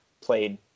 played